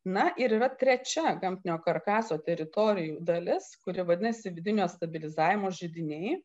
na ir yra trečia gamtinio karkaso teritorijų dalis kuri vadinasi vidinio stabilizavimo židiniai